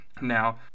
Now